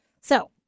So-